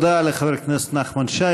תודה לחבר הכנסת נחמן שי.